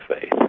faith